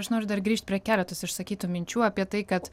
aš noriu dar grįžt prie keletos išsakytų minčių apie tai kad